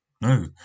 No